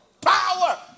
Power